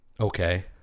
Okay